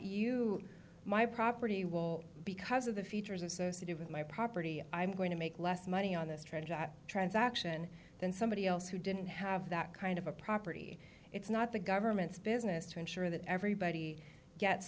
you my property will because of the features associated with my property i'm going to make less money on this train transaction than somebody else who didn't have that kind of a property it's not the government's business to ensure that everybody gets